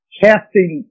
casting